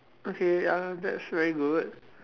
okay ya that's very good